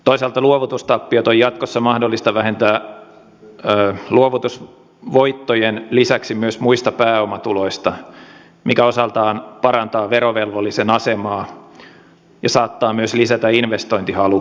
toisaalta luovutustappiot on jatkossa mahdollista vähentää luovutusvoittojen lisäksi myös muista pääomatuloista mikä osaltaan parantaa verovelvollisen asemaa ja saattaa myös lisätä investointihalukkuutta